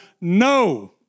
no